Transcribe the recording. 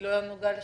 שלא יבוא גל שני.